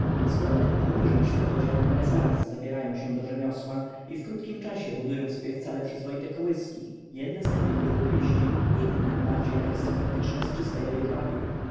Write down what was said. skoro tylko ujrzą światło dzienne zaraz zabierają się do rzemiosła i w krótkim czasie budują sobie wcale przyzwoite kołyski jedne z kamyków albo liści inne bardziej arystokratyczne z czystego jedwabiu